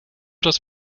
das